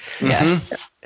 yes